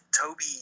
Toby